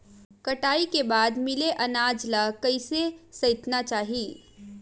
कटाई के बाद मिले अनाज ला कइसे संइतना चाही?